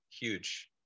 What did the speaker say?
huge